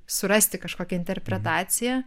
surasti kažkokią interpretaciją